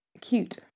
cute